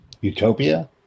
Utopia